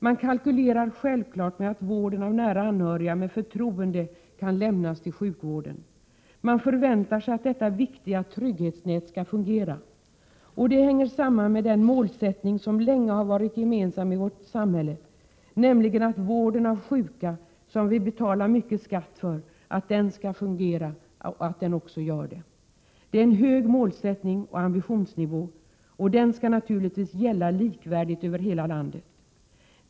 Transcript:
Man kalkylerar självfallet med att vården av nära anhöriga med förtroende kan lämnas till sjukvården. Man förväntar sig att detta viktiga trygghetsnät skall fungera. Det hänger samman med den målsättning som länge varit gemensam i vårt samhälle, nämligen att vården av sjuka, som vi betalar så mycket skatt för, skall fungera och också gör det. Det är ett högt ställt mål och en hög ambitionsnivå och skall naturligtvis gälla likvärdigt över hela landet.